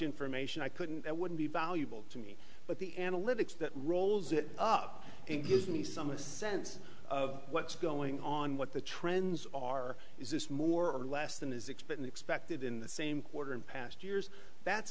information i couldn't and wouldn't be valuable to me but the analytics that rolls it up and gives me some a sense of what's going on what the trends are is this more or less than is expected expected in the same quarter in past years that's